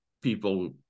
people